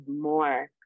more